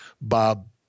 Bob